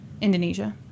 Indonesia